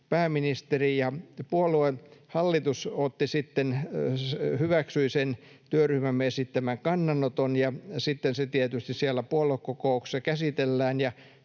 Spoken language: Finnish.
pääministeri — ja puoluehallitus sitten hyväksyi sen työryhmämme esittämän kannanoton. Sitten se tietysti siellä puoluekokouksessa käsitellään